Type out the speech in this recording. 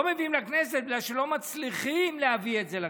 לא מביאים לכנסת בגלל שלא מצליחים להביא את זה לכנסת,